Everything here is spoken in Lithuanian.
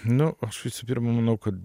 nu aš visų pirmą manau kad